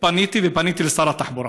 פניתי, ופניתי לשר התחבורה.